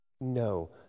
No